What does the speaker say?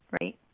Right